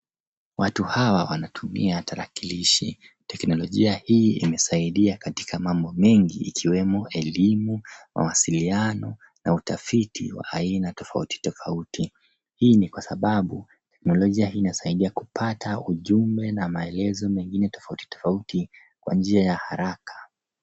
Watu hawa wanatumia tarakilishi. Teknolojia hii imesaidia katika mambo mengi ikiwemo elimu, mawasaliano na utafiti wa aina tofauti tofauti. Hii ni kwa sababu teknolojia hii inasaidia kupata ujumbe na maelezo mengine tofauti tofauti kwa njia ya haraka.